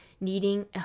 needing